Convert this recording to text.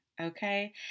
Okay